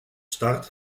start